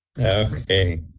Okay